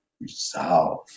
resolve